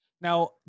Now